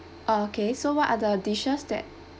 ah okay so what are the dishes that